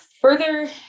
further